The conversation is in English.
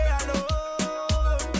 alone